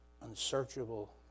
unsearchable